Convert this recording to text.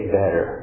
better